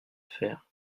faire